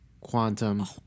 Quantum